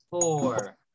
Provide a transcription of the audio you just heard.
four